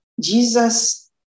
Jesus